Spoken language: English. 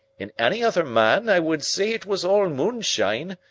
in any other man i would say it was all moonshine,